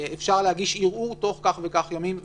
אפשר להגיש ערעור תוך כך וכך ימים וכו'